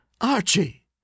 Archie